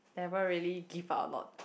never really give out a lot